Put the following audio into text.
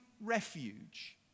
refuge